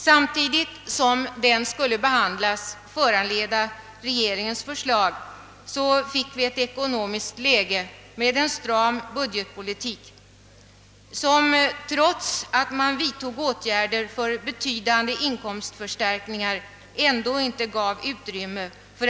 Samtidigt som dessa skulle behandlas och föranleda förslag av regeringen fick vi emellertid ett ekonomiskt läge med en stram budgetpolitik som, trots åtgärder för betydande inkomstförstärkning, inte gav utrymme för